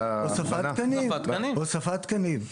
הוספת תקנים.